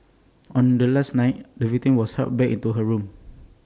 on the last night the victim was helped back into her room